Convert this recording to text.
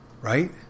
Right